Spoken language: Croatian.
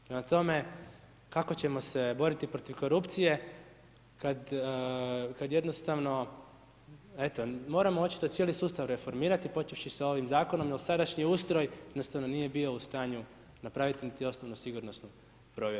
Prema tome, kako ćemo se boriti protiv korupcije kad jednostavno eto moramo očito cijeli sustav reformirati počevši sa ovim zakonom, jer sadašnji ustroj jednostavno nije bio u stanju napraviti niti poslati na sigurnosnu provjeru.